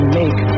make